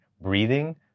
breathing